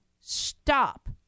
stop